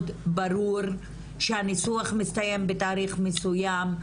ברור שהניסוח מסתיים בתאריך מסויים,